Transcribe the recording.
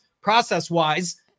process-wise